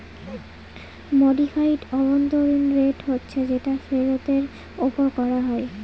modified অভ্যন্তরীন rate হচ্ছে যেটা ফেরতের ওপর করা হয়